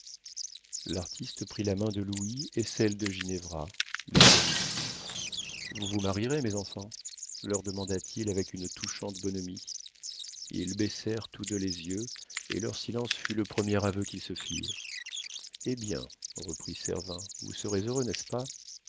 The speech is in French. l'artiste prit la main de louis et celle de ginevra les joignit vous vous marierez mes enfants leur demanda-t-il avec une touchante bonhomie ils baissèrent tous deux les yeux et leur silence fut le premier aveu qu'ils se firent eh bien reprit servin vous serez heureux n'est-ce pas